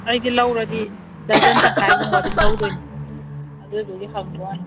ꯑꯩꯗꯤ ꯂꯧꯔꯗꯤ ꯗꯔꯖꯟ ꯇꯪꯈꯥꯏꯒꯨꯝꯕ ꯑꯗꯨꯝ ꯂꯧꯗꯣꯏꯅꯤ ꯑꯗꯨꯗꯨꯒꯤ ꯍꯪꯕ ꯋꯥꯅꯤ